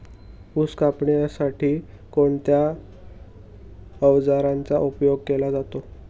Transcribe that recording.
ऊस कापण्यासाठी कोणत्या अवजारांचा उपयोग केला जातो?